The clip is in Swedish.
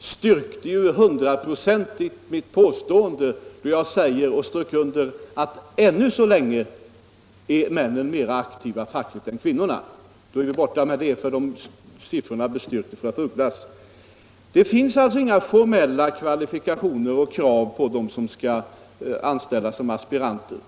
styrkte ju hundraprocentigt mitt påstående, när jag strök under att ännu så länge är männen mera aktiva fackligt än kvinnorna. Då är vi borta från det, för fru af Ugglas siffror bestyrkte som sagt mitt påstående. Det finns alltså inga formella kvalifikationer och krav på dem som skall anställas som aspiranter.